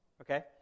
Okay